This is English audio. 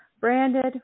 branded